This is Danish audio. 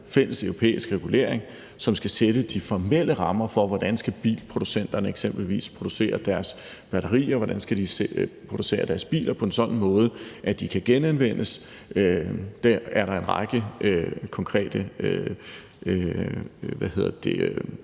fælleseuropæisk regulering, som skal sætte de formelle rammer for, hvordan bilproducenterne eksempelvis skal producere deres batterier, hvordan de skal producere deres biler på en sådan måde, at de kan genanvendes. Det er der en række konkrete direktiver